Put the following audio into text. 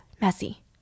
messy